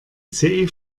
ice